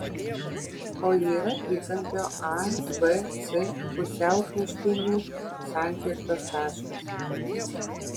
o yra trikampio abc pusiaukraštinių sankirtos taškas